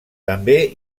també